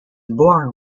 born